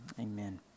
Amen